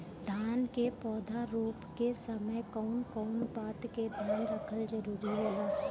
धान के पौधा रोप के समय कउन कउन बात के ध्यान रखल जरूरी होला?